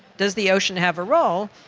does the ocean have a role?